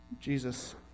Jesus